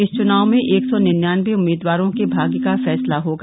इस चुनाव में एक सौ निन्यानवे उम्मीदवारों के भाग्य का फैसला होगा